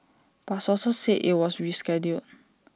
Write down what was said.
but sources said IT was rescheduled